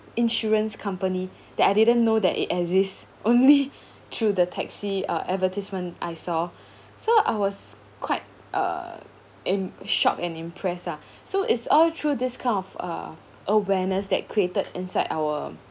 insurance company that I didn't know that it exists only through the taxi uh advertisement I saw so I was quite uh in shock and impress lah so it's all through this kind of uh awareness that created inside our